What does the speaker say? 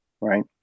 right